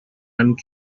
and